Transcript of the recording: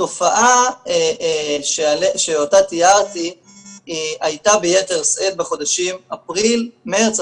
התופעה שאותה תיארתי הייתה ביתר שאת בחודשים מרץ,